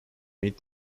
meet